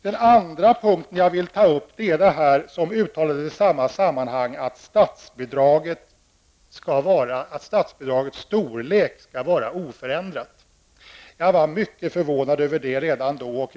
Den andra punkten jag vill ta upp är något som uttalades i samma sammanhang, nämligen att statsbidragets storlek skall vara oförändrat. Jag var mycket förvånad över det redan då.